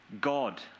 God